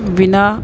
विना